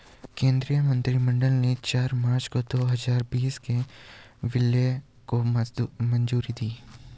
केंद्रीय मंत्रिमंडल ने चार मार्च दो हजार बीस को विलय को मंजूरी दी